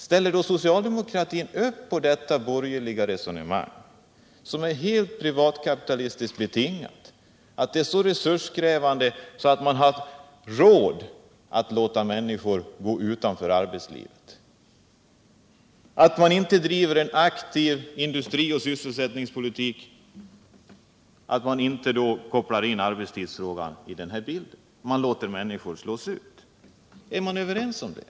Ställer socialdemokratin upp på detta borgerliga resonemang som är helt privatkapitalistiskt betingat? Menar man att det är så resurskrävande att vidta åtgärder att man har råd att låta människor gå utanför arbetslivet? Man driver inte aktiv industrioch sysselsättningspolitik, man kopplar inte in arbetsfrågan i bilden, man låter människor slås ut. Råder det enighet om detta?